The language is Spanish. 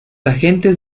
agentes